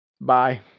bye